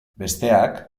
besteak